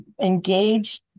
engage